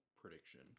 prediction